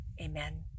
Amen